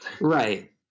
Right